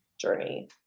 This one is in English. journey